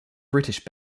british